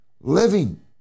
living